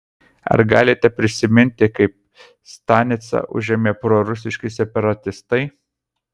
ar galite prisiminti kaip stanicą užėmė prorusiški separatistai